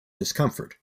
discomfort